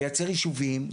לייצר יישובים,